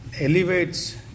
elevates